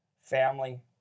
family